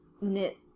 knit